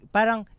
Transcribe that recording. Parang